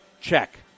check